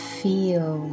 feel